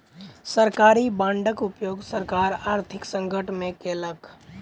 सरकारी बांडक उपयोग सरकार आर्थिक संकट में केलक